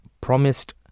promised